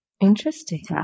Interesting